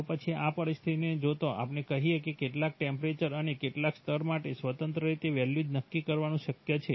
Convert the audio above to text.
તો પછી આ પરિસ્થિતિને જોતાં આપણે કહીએ કે કેટલાક ટેમ્પરેચર અને કેટલાક સ્તર માટે સ્વતંત્ર રીતે વેલ્યુઝ નક્કી કરવાનું શક્ય છે